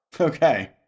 Okay